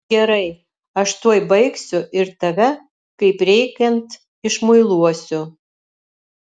gerai aš tuoj baigsiu ir tave kaip reikiant išmuiluosiu